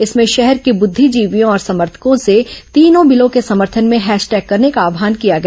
इसमें शहर के बुद्धिजीवियों और समर्थकों से तीनों बिल के समर्थन में हैशटैग करने का आव्हान किया गया